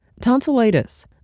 Tonsillitis